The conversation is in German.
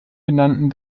benannten